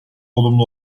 olumlu